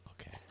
okay